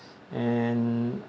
and